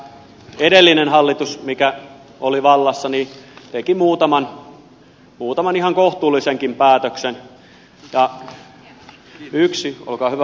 tämä edellinen hallitus mikä oli vallassa teki muutaman ihan kohtuullisenkin päätöksen olkaa hyvä vaan